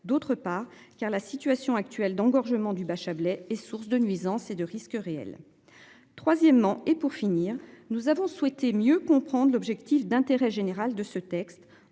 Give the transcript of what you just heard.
D'autre part, car la situation actuelle d'engorgement du Bachabélé est source de nuisances et de risques réels. Troisièmement et pour finir, nous avons souhaité mieux comprendre l'objectif d'intérêt général de ce texte.